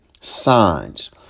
signs